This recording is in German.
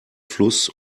fluss